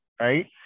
right